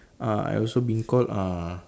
uh I also been called uh